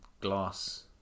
glass